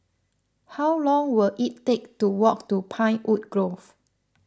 how long will it take to walk to Pinewood Grove